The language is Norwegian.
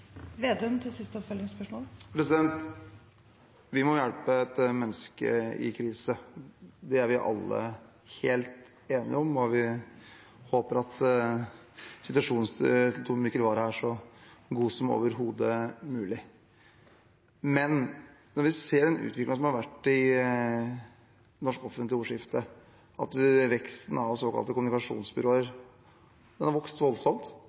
Vedum – til oppfølgingsspørsmål. Vi må hjelpe et menneske i krise, det er vi alle helt enige om, og vi håper at situasjonen til Tor Mikkel Wara er så god som overhodet mulig. Men når vi ser den utviklingen som har vært i norsk offentlig ordskifte, at veksten av såkalte kommunikasjonsbyråer har vært voldsom, det har